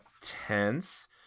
tense